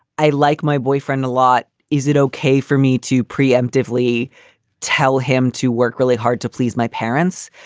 i like my boyfriend a lot. is it okay for me to pre-emptively tell him to work really hard to please my parents?